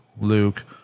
Luke